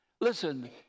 listen